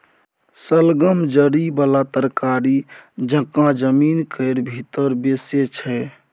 शलगम जरि बला तरकारी जकाँ जमीन केर भीतर बैसै छै